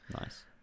nice